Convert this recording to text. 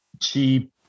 cheap